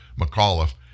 McAuliffe